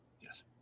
Yes